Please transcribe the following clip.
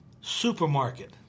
supermarket